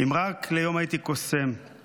"אם רק ליום הייתי קוסם /